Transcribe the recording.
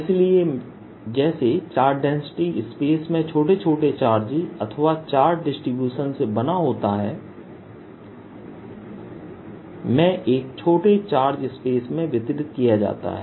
इसलिए जैसे charge density space में छोटे छोटे चार्जेस अथवा चार्ज डिसटीब्यूशन से बना होता है में एक छोटे चार्ज स्पेस में वितरित किया जाता है